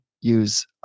use